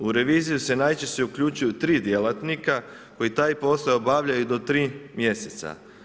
U reviziju se najčešće uključuju tri djelatnika koji taj posao obavljaju do tri mjeseca.